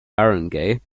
barangay